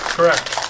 Correct